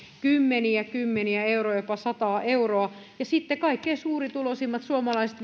kymmeniä kymmeniä euroja jopa sata euroa ja sitten kaikkein suurituloisimmat suomalaiset